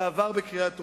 זה עבר בקריאה טרומית.